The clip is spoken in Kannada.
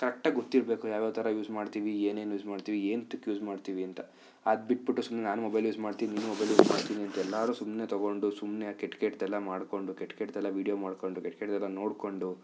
ಕರೆಕ್ಟಾಗಿ ಗೊತ್ತಿರಬೇಕು ಯಾವ ಯಾವ ಥರ ಯೂಸ್ ಮಾಡ್ತೀವಿ ಏನೇನು ಯೂಸ್ ಮಾಡ್ತೀವಿ ಎಂತಕ್ಕೆ ಯೂಸ್ ಮಾಡ್ತೀವಿ ಅಂತ ಅದುಬಿಟ್ಬಿಟ್ಟು ಸುಮ್ನೆ ನಾನು ಮೊಬೈಲ್ ಯೂಸ್ ಮಾಡ್ತೀನಿ ನೀನು ಯೂಸ್ ಮಾಡ್ತೀನಿ ಅಂತ ಎಲ್ಲರು ಸುಮ್ನೆ ತೊಗೊಂಡು ಸುಮ್ನೆ ಕೆಟ್ಟ ಕೆಟ್ದೆಲ್ಲ ಮಾಡ್ಕೊಂಡು ಕೆಟ್ಟ ಕೆಟ್ದೆಲ್ಲ ವೀಡಿಯೊ ಮಾಡ್ಕೊಂಡು ಕೆಟ್ಟ ಕೆಟ್ದೆಲ್ಲ ನೋಡ್ಕೊಂಡು